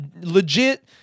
legit